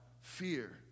fear